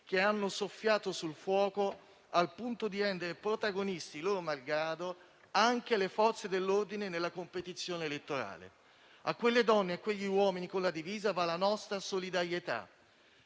che hanno soffiato sul fuoco al punto da rendere protagoniste, loro malgrado, anche le Forze dell'ordine nella competizione elettorale. A quelle donne e a quegli uomini con la divisa va la nostra solidarietà;